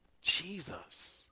Jesus